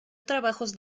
trabajos